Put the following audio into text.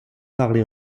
parlé